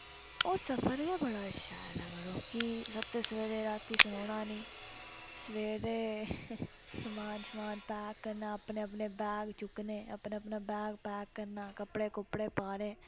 ओह् सफर गै बड़ा शैल ऐ मड़ो कि सत्तें सवेले रातीं सनोना निं सवेरै समान शमान पैक करना अपने अपने बैग चुक्कने अपना अपना बैग पैक करना कपड़े कुपड़े पाने